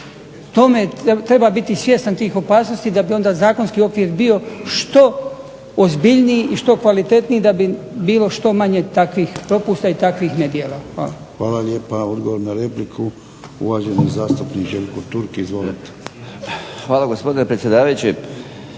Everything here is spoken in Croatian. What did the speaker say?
Treba biti svjestan tih opasnosti da bi onda zakonski okvir bio što ozbiljniji i što kvalitetniji da bi bilo što manje takvih propusta i takvih nedjela. Hvala. **Jarnjak, Ivan (HDZ)** Hvala lijepa. Odgovor na repliku uvaženi zastupnik Željko Turk. Izvolite. **Turk, Željko